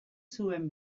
zuen